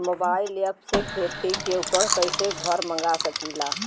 Mobile ऐपसे खेती के उपकरण कइसे घर मगा सकीला?